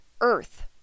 Earth